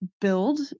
build